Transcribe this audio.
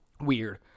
Weird